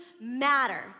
matter